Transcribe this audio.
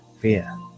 fear